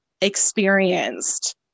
experienced